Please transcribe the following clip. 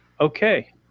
okay